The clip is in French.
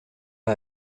pas